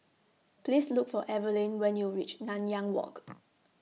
Please Look For Evelin when YOU REACH Nanyang Walk